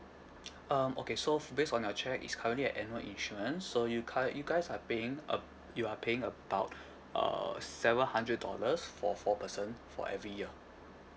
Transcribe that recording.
um okay so based on our check it's currently an annual insurance so you cur~ you guys are paying a you are paying about err seven hundred dollars for four person for every year